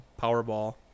powerball